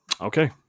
okay